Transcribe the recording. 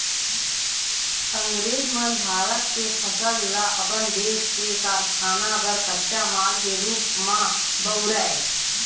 अंगरेज मन भारत के फसल ल अपन देस के कारखाना बर कच्चा माल के रूप म बउरय